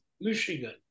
Michigan